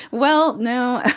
well, no,